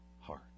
heart